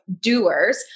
doers